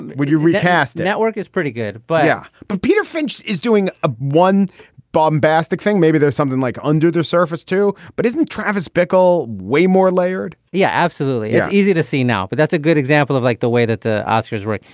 would you recast network is pretty good. yeah. but but peter finch is doing a one bombastic thing. maybe there's something like under the surface too but isn't travis bickle way more layered yeah absolutely. it's easy to see now but that's a good example of like the way that the oscars work.